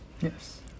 Yes